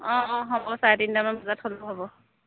অঁ অঁ হ'ব চাৰে তিনিটামান বজাত হ'লেও হ'ব